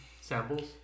Samples